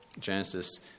Genesis